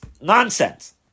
nonsense